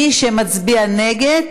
מי שמצביע נגד,